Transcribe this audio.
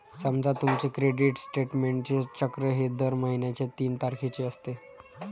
समजा तुमचे क्रेडिट स्टेटमेंटचे चक्र हे दर महिन्याच्या तीन तारखेचे असते